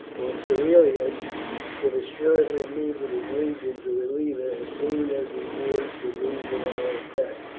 for cerealis will assuredly move with his legion to relieve it as soon as he hears the news of our attack.